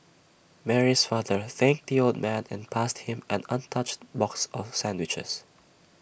Mary's father thanked the old man and passed him an untouched box of sandwiches